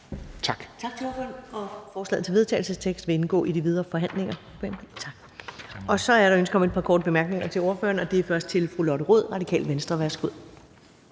Tak.